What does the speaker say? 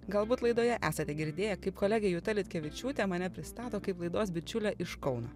galbūt laidoje esate girdėję kaip kolegė juta liutkevičiūtė mane pristato kaip laidos bičiulę iš kauno